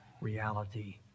reality